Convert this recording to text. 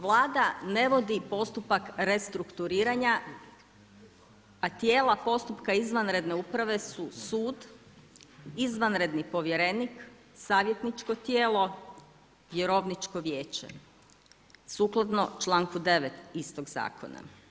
Vlada ne vodi postupak restrukturiranja, a tijela postupka izvanredne uprave su sud, izvanredni povjerenik, savjetničko tijelo, vjerovničko vijeće sukladno članku 9. istog zakona.